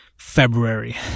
February